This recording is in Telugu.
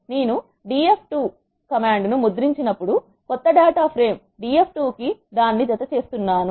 నేను df2 ను ముద్రించినప్పుడు కొత్త డేటా ప్రేమ్ df2 కు దానిని జత చేస్తున్నాను